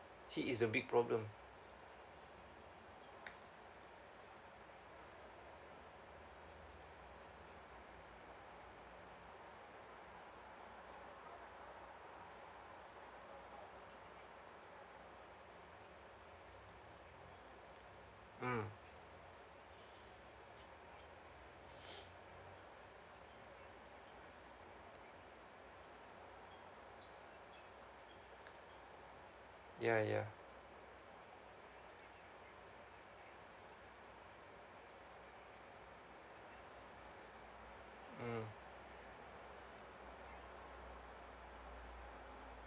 he is the big problem mm ya ya mm